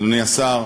אדוני השר,